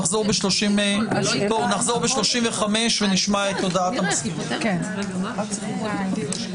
(הישיבה נפסקה בשעה 15:22 ונתחדשה בשעה 15:32.) חברותיי וחבריי,